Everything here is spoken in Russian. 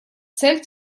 цель